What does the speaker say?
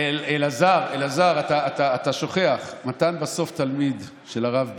אלעזר, אתה שוכח, מתן בסוף תלמיד של הרב בינה.